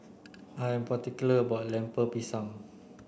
I am particular about Lemper Pisang